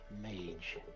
mage